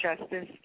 justice